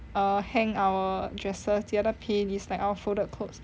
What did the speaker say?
hang our dresses the other pane is like our folded clothes